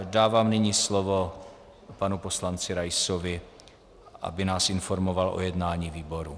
Dávám nyní slovo panu poslanci Raisovi, aby nás informoval o jednání výboru.